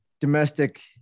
domestic